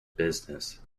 business